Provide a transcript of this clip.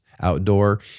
outdoor